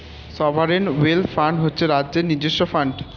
sovereign wealth fund হচ্ছে রাজ্যের নিজস্ব ফান্ড